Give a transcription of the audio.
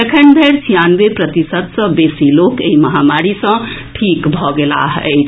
एखन धरि छियानवे प्रतिशत सँ बेसी लोक एहि महामारी सँ ठीक भऽ गेलाह अछि